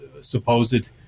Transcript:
supposed